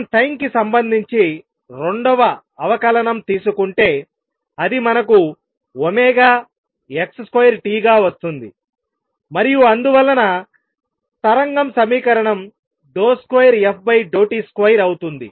మనం టైం కి సంబంధించి రెండవ అవకలనం తీసుకుంటే అది మనకు x2 t గా వస్తుంది మరియు అందువలన తరంగం సమీకరణం 2ft2 అవుతుంది